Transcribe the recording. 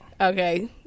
Okay